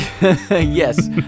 Yes